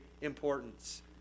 importance